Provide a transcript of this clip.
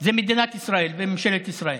זה מדינת ישראל וממשלת ישראל,